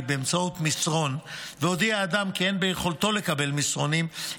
באמצעות מסרון והודיע אדם כי אין ביכולתו לקבל מסרונים,